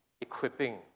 equipping